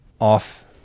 off